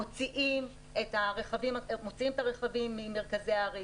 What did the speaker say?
מוציאים את הרכבים ממרכזי הערים,